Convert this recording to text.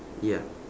ya